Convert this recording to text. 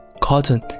cotton